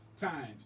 times